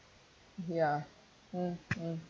ya mm mm